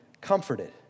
comforted